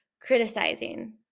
criticizing